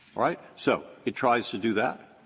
right? so it tries to do that.